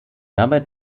dabei